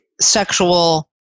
sexual